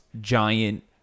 giant